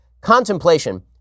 Contemplation